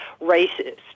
racist